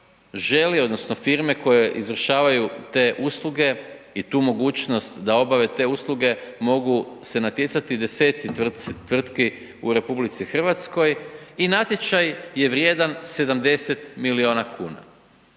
želi, odnosno, firme koje izvršavaju te usluge i tu mogućnost da obave te uslute, mogu se natjecati deseci tvrtki u RH i natječaj je vrijedan 70 milijuna kn.